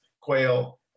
quail